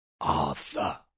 Arthur